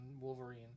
Wolverine